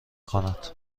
کند